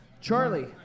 Charlie